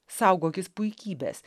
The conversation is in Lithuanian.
saugokis puikybės